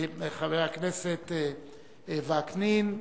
חבר הכנסת וקנין,